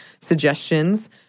suggestions